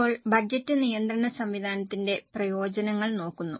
ഇപ്പോൾ ബജറ്റ് നിയന്ത്രണ സംവിധാനത്തിന്റെ പ്രയോജനങ്ങൾ നോക്കുന്നു